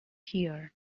here